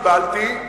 שקיבלתי,